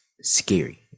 scary